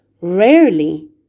rarely